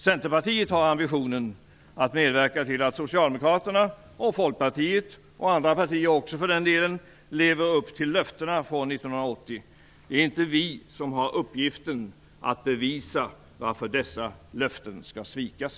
Centerpartiet har ambitionen att medverka till att Socialdemokraterna och Folkpartiet - och också andra partier för den delen - lever upp till löftena från 1980. Det är inte vi som har uppgiften att bevisa varför dessa löften skall svikas.